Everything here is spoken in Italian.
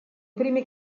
primi